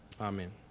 Amen